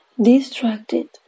distracted